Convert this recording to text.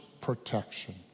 protection